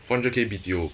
four hundred K B_T_O